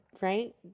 right